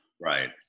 Right